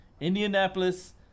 Indianapolis